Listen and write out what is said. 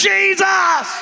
Jesus